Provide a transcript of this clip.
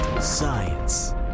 Science